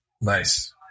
Nice